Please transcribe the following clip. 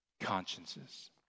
consciences